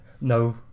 no